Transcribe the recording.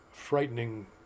frightening